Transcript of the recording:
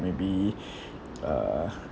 maybe uh